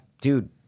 dude